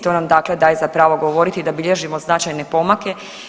To nam dakle daje za pravo govoriti da bilježimo značajne pomake.